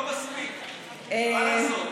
לא מספיק, מה לעשות?